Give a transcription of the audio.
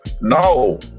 No